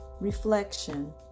reflection